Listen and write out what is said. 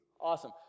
awesome